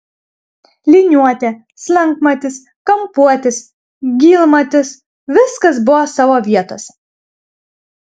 liniuotė slankmatis kampuotis gylmatis viskas buvo savo vietose